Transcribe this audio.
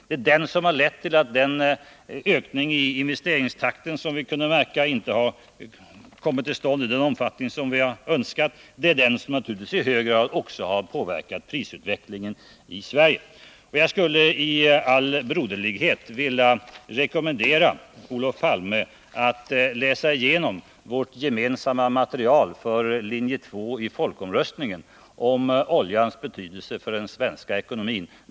Det är den som har lett till att den ökning i investeringstakten som vi hoppats på inte blev vad vi önskat. Det är den som naturligtvis i hög grad också har påverkat prisutvecklingen i Sverige. Jag skulle i all broderlighet vilja rekommendera Olof Palme att läsa igenom vårt gemensamma material för linje 2 i folkomröstningen om oljans betydelse för den svenska ekonomin.